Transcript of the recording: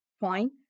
fine